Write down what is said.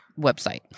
website